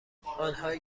آنهایی